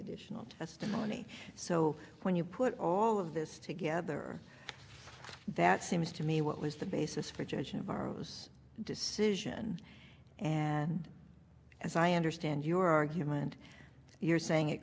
additional testimony so when you put all of this together that seems to me what was the basis for judging barros decision and as i understand your argument you're saying it